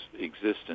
existence